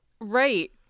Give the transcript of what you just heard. right